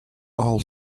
all